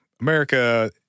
America